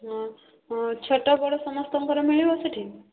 ହଁ ଛୋଟ ବଡ଼ ସମସ୍ତଙ୍କର ମିଳିବ ସେଠି